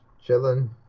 chilling